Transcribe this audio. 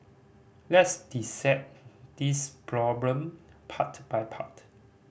let's dissect this problem part by part